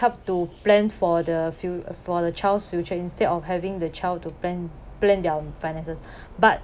help to plan for the fu~ for the child's future instead of having the child to plan plan their own finances but